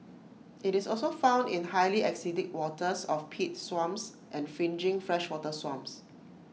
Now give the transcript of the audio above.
IT is also found in highly acidic waters of peat swamps and fringing freshwater swamps